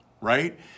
right